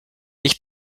ich